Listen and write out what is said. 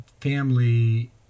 family